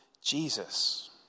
Jesus